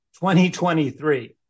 2023